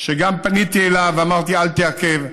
וגם פניתי אליו ואמרתי: אל תעכב.